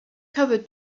covered